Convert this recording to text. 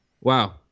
wow